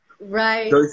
Right